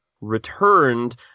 returned